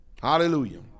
Hallelujah